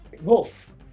Wolf